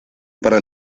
para